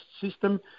system